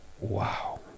Wow